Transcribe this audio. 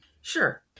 Sure